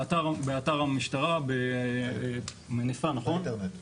באתר המשטרה, באינטרנט.